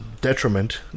Detriment